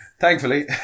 Thankfully